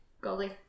Golly